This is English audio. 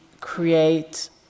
create